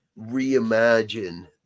reimagine